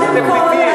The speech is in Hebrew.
איזה פליטים?